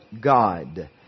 God